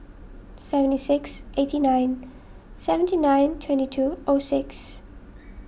seventy six eighty nine seventy nine twenty two o six